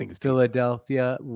Philadelphia